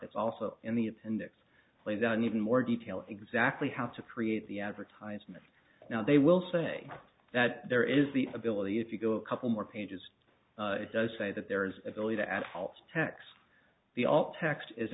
that's also in the appendix lay down even more detail exactly how to create the advertisements now they will say that there is the ability if you go a couple more pages it does say that there is ability to add all text the